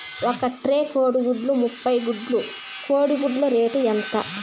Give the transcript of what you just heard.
ఒక ట్రే కోడిగుడ్లు ముప్పై గుడ్లు కోడి గుడ్ల రేటు ఎంత?